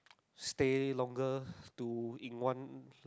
stay longer to in one